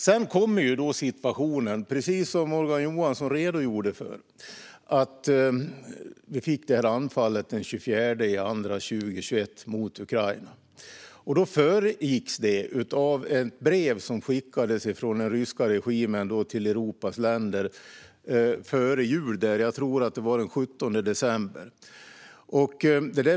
Sedan kom situationen som Morgan Johansson redogjorde för med anfallet mot Ukraina den 24 februari 2022. Det föregicks av ett brev som skickades från den ryska regimen till Europas länder före jul - jag tror att det var den 17 december.